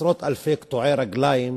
עשרות אלפי קטועי רגליים